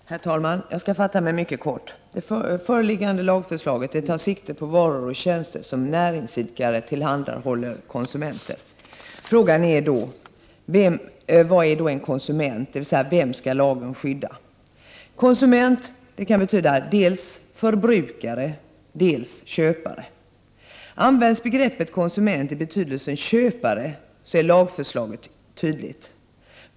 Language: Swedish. | Herr talman! Jag skall fatta mig mycket kort. Det föreliggande lagförslaget I tar sikte på varor och tjänster som näringsidkare tillhandahåller konsumenter. Frågan är då: Vad är en konsument, dvs. vem skall lagen skydda? Konsument betyder dels förbrukare, dels köpare. Används begreppet konsument i betydelsen köpare är lagförslaget tydligt.